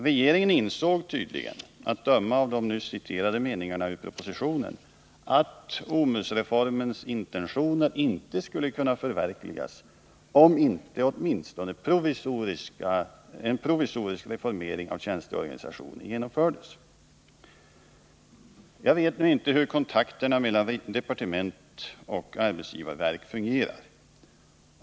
Regeringen insåg tydligen, att döma av de nyss citerade meningarna i propositionen, att OMUS-reformens intentioner inte skulle kunna förverkligas om inte åtminstone en provisorisk reformering av tjänsteorganisationen genomfördes. Jag vet inte hur kontakterna mellan departement och arbetsgivarverk fungerar.